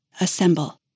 assemble